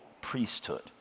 priesthood